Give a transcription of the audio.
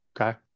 Okay